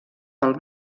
pel